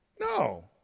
No